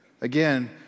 Again